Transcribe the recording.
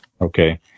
okay